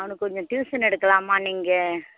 அவனுக்கு கொஞ்சம் டியூசன் எடுக்கலாமா நீங்கள்